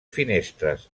finestres